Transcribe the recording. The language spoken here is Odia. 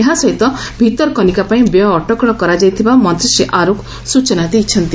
ଏହାସହିତ ଭିତର କନିକା ପାଇଁ ବ୍ୟୟ ଅଟକଳ କରାଯାଇଥିବା ମନ୍ତ୍ରୀ ଶ୍ରୀ ଆରୁଖ ସୂଚନା ଦେଇଛନ୍ତି